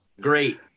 Great